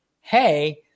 hey